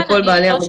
אני לא שמעתי.